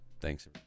Thanks